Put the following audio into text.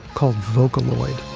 called vocaloid.